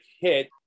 hit